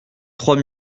trois